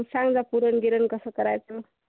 सांगा पुरण गिरण कसं करायचं